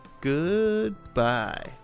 Goodbye